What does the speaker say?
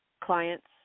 clients